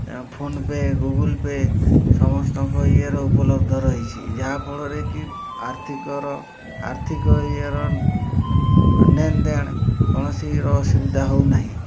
phone pay Google Pay ସମସ୍ତଙ୍କ ଇଏର ଉପଲବ୍ଧ ରହିଛି ଯାହାଫଳରେ କି ଆର୍ଥିକର ଆର୍ଥିକ ଇଏର ନେଣ ଦେଣ କୌଣସିର ଅସୁବିଧା ହଉନାହିଁ